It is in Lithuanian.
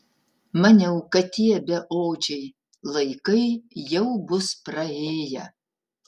maniau kad tie beodžiai laikai jau bus praėję